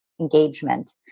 engagement